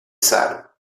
sale